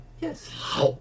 Yes